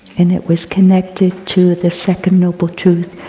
and it was connected to the second noble truth,